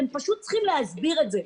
ואתם צריכים פשוט להסביר את זה.